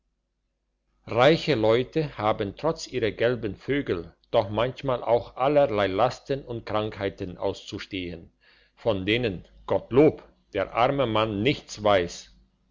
reiche leute haben trotz ihrer gelben vögel doch manchmal auch allerlei lasten und krankheiten auszustehen von denen gottlob der arme mann nichts weiß